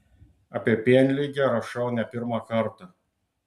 apie pienligę rašau ne pirmą kartą